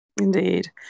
Indeed